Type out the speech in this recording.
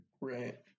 Right